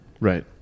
right